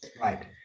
Right